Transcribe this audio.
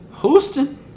Houston